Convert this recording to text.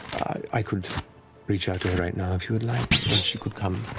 i could reach ah to her right now, if you like, and she could come.